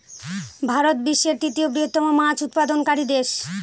ভারত বিশ্বের তৃতীয় বৃহত্তম মাছ উৎপাদনকারী দেশ